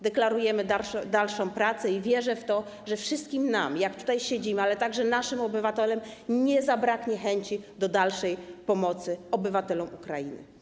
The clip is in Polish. Deklarujemy dalszą pracę i wierzę w to, że wszystkim nam, jak tutaj siedzimy, ale także naszym obywatelom nie zabraknie chęci do dalszej pomocy obywatelom Ukrainy.